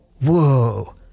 Whoa